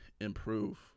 improve